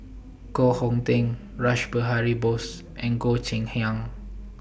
Koh Hong Teng Rash Behari Bose and Goh Cheng Liang